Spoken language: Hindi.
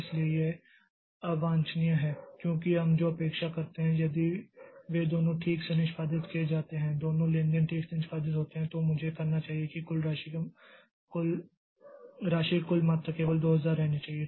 इसलिए यह अवांछनीय है क्योंकि हम जो अपेक्षा करते हैं यदि वे दोनों ठीक से निष्पादित किए जाते हैं दोनों लेनदेन ठीक से निष्पादित होते हैं तो मुझे करना चाहिए कि राशि की कुल मात्रा केवल 2000 रहनी चाहिए